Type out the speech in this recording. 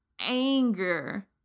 anger